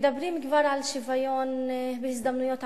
מדברים כבר על שוויון בהזדמנויות עבודה,